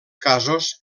casos